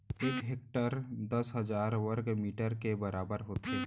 एक हेक्टर दस हजार वर्ग मीटर के बराबर होथे